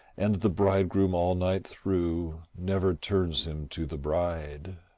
and the bridegroom all night through never turns him to the bride.